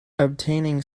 obtaining